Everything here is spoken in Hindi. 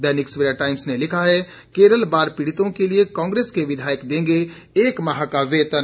दैनिक सवेरा टाइम्स ने लिखा है केरल बाढ़ पीड़ितों के लिए कांग्रेस के विधायक देंगे एक माह का वेतन